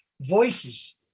voices